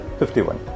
51